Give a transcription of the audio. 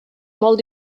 molt